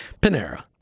Panera